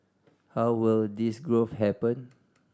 how will this growth happen